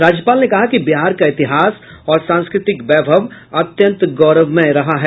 राज्यपाल ने कहा कि बिहार का इतिहास और सांस्कृतिक वैभव अत्यन्त गौरवमय रहा है